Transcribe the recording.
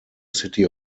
city